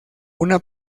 una